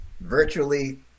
virtually